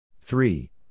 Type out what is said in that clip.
Three